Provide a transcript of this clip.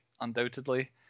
undoubtedly